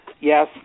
Yes